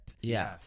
Yes